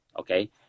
okay